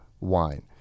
wine